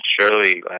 surely